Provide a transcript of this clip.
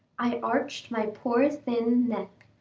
i arched my poor thin neck,